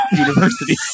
University